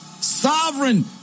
Sovereign